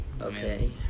Okay